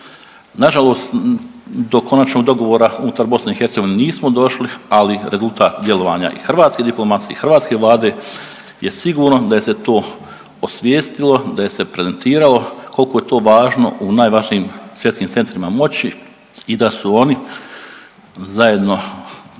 Nažalost do konačnog dogovora unutar BiH nismo došli, ali rezultat djelovanja i hrvatske diplomacije i hrvatske vlade je sigurno da je se to osvijestilo, da je se prezentiralo koliko je to važno u najvažnijim svjetskim centrima moći i da su oni zajedno